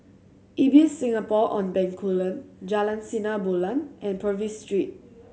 Ibis Singapore On Bencoolen Jalan Sinar Bulan and Purvis Street